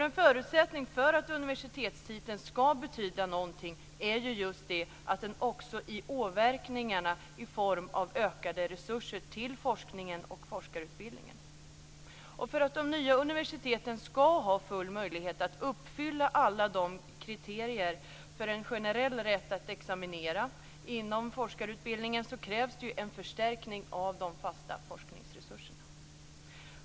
En förutsättning för att universitetstiteln skall betyda något är ju just att det får återverkningar i form av ökade resurser till forskningen och forskarutbildningen. För att de nya universiteten skall ha full möjlighet att uppfylla alla kriterier för en generell rätt att examinera inom forskarutbildningen krävs det en förstärkning av de fasta forskningsresurserna.